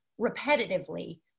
repetitively